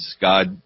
God